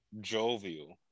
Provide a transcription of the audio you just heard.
Jovial